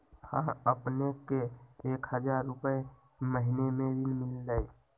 हां अपने के एक हजार रु महीने में ऋण मिलहई?